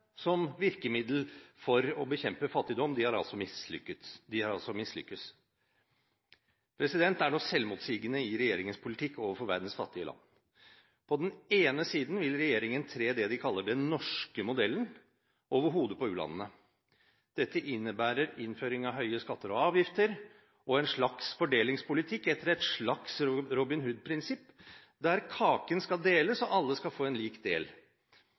som virkemiddel for å bekjempe fattigdom, har altså mislyktes. Det er noe selvmotsigende i regjeringens politikk overfor verdens fattige land. På den ene siden vil regjeringen træ det den kaller den norske modellen over hodet på u-landene. Dette innebærer innføring av høye skatter og avgifter og en slags fordelingspolitikk etter et slags Robin Hood-prinsipp, der kaken skal deles og alle skal få en lik del.